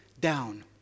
down